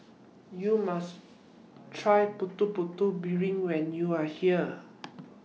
YOU must Try Putu Putu Piring when YOU Are here